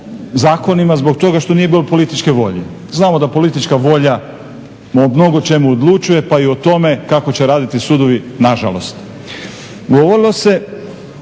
zakonima, zbog toga što nije bilo političke volje. Znamo da politička volja o mnogo čemu odlučuje, pa i o tome kako će raditi sudovi, nažalost. Govorilo se,